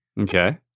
Okay